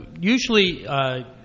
usually